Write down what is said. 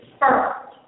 first